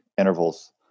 intervals